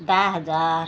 दहा हजार